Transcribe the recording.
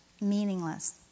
meaningless